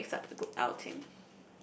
that makes up a good outing